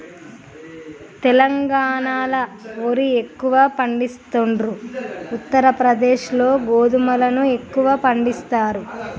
తెలంగాణాల వరి ఎక్కువ పండిస్తాండ్రు, ఉత్తర ప్రదేశ్ లో గోధుమలను ఎక్కువ పండిస్తారు